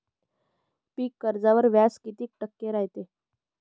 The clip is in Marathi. पीक कर्जावर व्याज किती टक्के रायते?